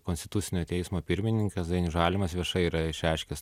konstitucinio teismo pirmininkas dainius žalimas viešai yra išreiškęs